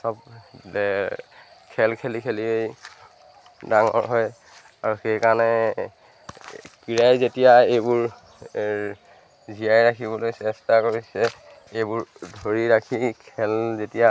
চব খেল খেলি খেলি ডাঙৰ হয় আৰু সেইকাৰণে ক্ৰীড়াই যেতিয়া এইবোৰ জীয়াই ৰাখিবলৈ চেষ্টা কৰিছে এইবোৰ ধৰি ৰাখি খেল যেতিয়া